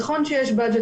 נכון שיש השפעה